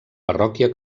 parròquia